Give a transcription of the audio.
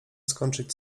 skończyć